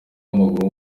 w’amaguru